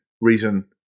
reason